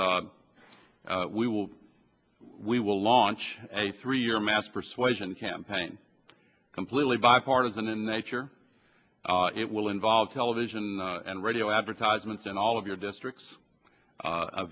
th we will we will launch a three year mass persuasion campaign completely bipartisan in nature it will involve television and radio advertisements in all of your districts